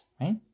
right